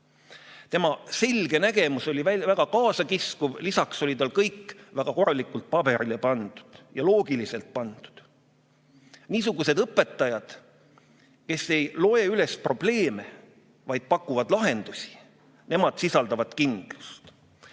Tema selge nägemus oli väga kaasakiskuv, lisaks oli tal kõik väga korralikult paberile pandud, ja loogiliselt pandud. Niisugused õpetajad, kes ei loe üles probleeme, vaid pakuvad lahendusi, sisendavad kindlust. Nüüd